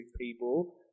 people